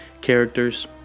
characters